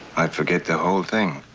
i'd forget the whole thing.